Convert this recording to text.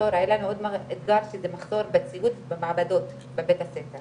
היה לנו עוד אתגר שזה מחסור בציוד במעבדות בבית הספר